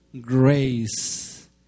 grace